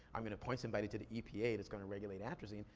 i'm gonna appoint somebody to the epa that's gonna regulate atrazine,